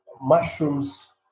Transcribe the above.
Mushroom's